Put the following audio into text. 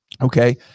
Okay